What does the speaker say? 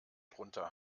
drunter